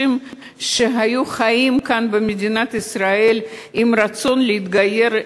שחיו כאן במדינת ישראל עם רצון להתגייר,